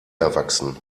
erwachsen